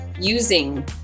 using